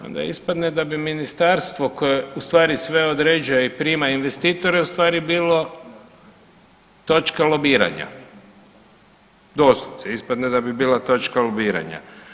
Onda ispadne da bi Ministarstvo koje ustvari sve određuje i prima investitore ustvari bilo točka lobiranja, doslovce, ispadne da bi bila točka lobiranja.